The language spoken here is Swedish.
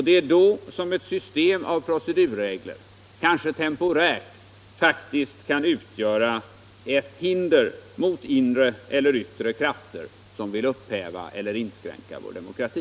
Det är då som ett system av procedurregler temporärt kan utgöra ett hinder mot inre eller yttre krafter som vill upphäva eller inskränka vår demokrati.